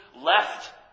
left